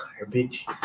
garbage